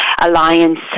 alliance